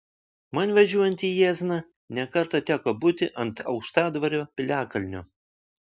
man važiuojant į jiezną ne kartą teko būti ant aukštadvario piliakalnio